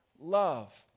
love